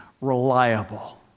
reliable